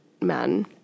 men